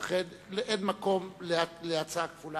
לכן, אין מקום להצעה כפולה.